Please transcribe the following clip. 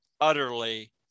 utterly